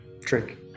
trick